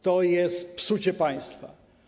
To jest psucie państwa.